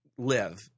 Live